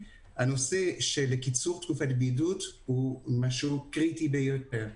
הנושא של קיצור תקופת הבידוד הוא קריטי ביותר,